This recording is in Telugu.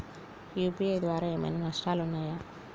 యూ.పీ.ఐ ద్వారా ఏమైనా నష్టాలు ఉన్నయా?